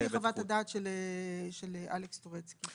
לא לפי חוות הדעת של אלכס טורצקי.